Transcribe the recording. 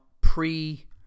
pre